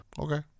Okay